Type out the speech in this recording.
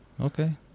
Okay